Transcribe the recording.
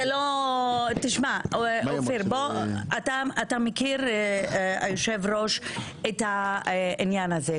היושב ראש, אתה מכיר את העניין הזה.